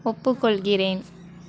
ஒப்புக்கொள்கிறேன்